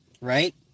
right